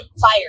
fire